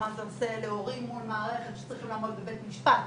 מה זה עושה להורים מול מערכת שצריכים לעמוד בבית משפט